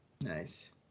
nice